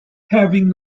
having